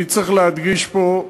אני צריך להדגיש פה,